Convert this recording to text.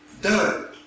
done